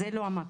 זה לא המקום.